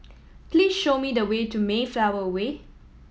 please show me the way to Mayflower Way